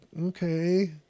okay